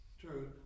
true